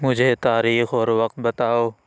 مجھے تاریخ اور وقت بتاؤ